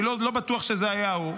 אני לא בטוח שזה היה הוא.